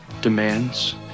demands